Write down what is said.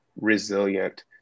resilient